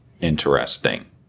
interesting